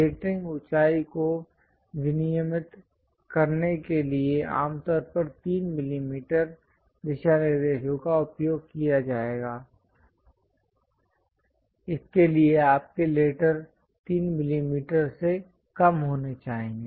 lettering ऊंचाई को विनियमित करने के लिए आमतौर पर 3 मिलीमीटर दिशानिर्देशों का उपयोग किया जाएगा इसलिए आपके लेटर 3 मिलीमीटर से कम होने चाहिए